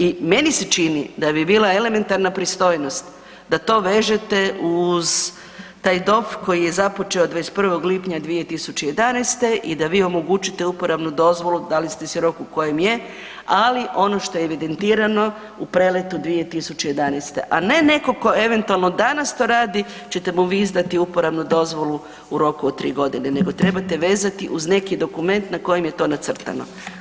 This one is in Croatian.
I meni se čini da bi bila elementarna pristojnost da to vežete uz taj DOF koji je započeo 21. lipnja 2011. i da vi omogućite uporabnu dozvolu da li ste si rok u kojem je, ali ono što je evidentirano u preletu 2011., a ne netko tko eventualno danas to radi ćete mu vi izdati uporabnu dozvolu u roku od 3 godine, nego trebate vezati uz neki dokument na kojem je to nacrtano.